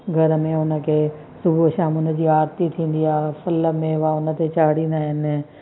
घर में उन खे सुबुह शाम उन जी आरती थींदी आहे फल मेवा उन ते चाढ़ींदा आहिनि